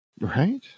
Right